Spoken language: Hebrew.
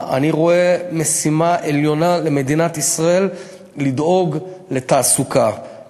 אני רואה משימה עליונה למדינת ישראל לדאוג לתעסוקה